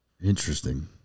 Interesting